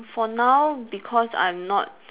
for now because I'm not